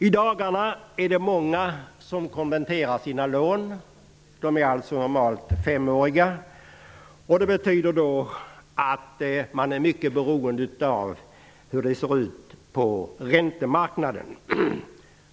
I dagarna är det många som konverterar sina lån, som normalt är femåriga. Det betyder att man är mycket beroende av hur det ser ut på räntemarknaden.